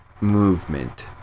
movement